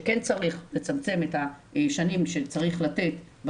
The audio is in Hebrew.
שכן צריך לצמצם את השנים שצריך לתת.